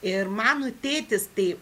ir mano tėtis tai